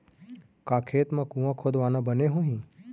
का खेत मा कुंआ खोदवाना बने होही?